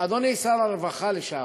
אדוני שר הרווחה לשעבר,